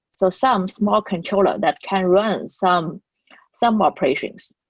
so some small controller that can run some some operations.